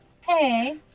Hey